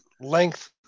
length